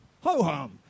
Ho-hum